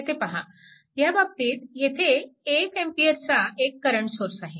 येथे पहा ह्या बाबतीत येथे 1A चा एक करंट सोर्स आहे